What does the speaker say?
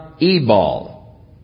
Ebal